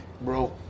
bro